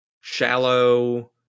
shallow